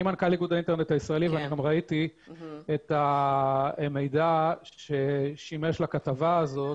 אני מנכ"ל האינטרנט הישראלי ואני גם ראיתי את המידע ששימש לכתבה הזאת.